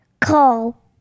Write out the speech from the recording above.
Call